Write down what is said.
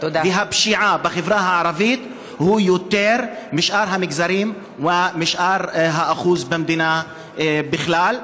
כי הפשיעה בחברה הערבית היא יותר מבשאר המגזרים ומהאחוז במדינה בכלל?